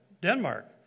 Denmark